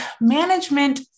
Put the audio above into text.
management